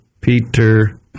Peter